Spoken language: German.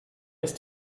ist